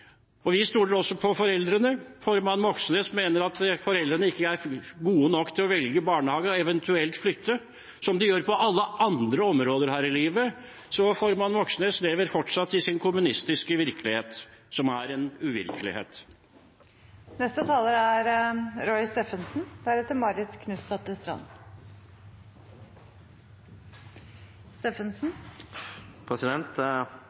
Vi stoler også på foreldrene. Formann Moxnes mener at foreldrene ikke er gode nok til å velge barnehage, og eventuelt flytte – slik de gjør på alle andre områder her i livet. Formann Moxnes lever fortsatt i sin kommunistiske virkelighet, som er en